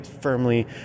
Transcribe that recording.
firmly